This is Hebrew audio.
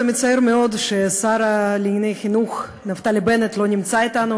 זה מצער מאוד שהשר לענייני חינוך נפתלי בנט לא נמצא אתנו,